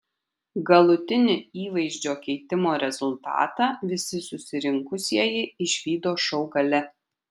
galutinį įvaizdžio keitimo rezultatą visi susirinkusieji išvydo šou gale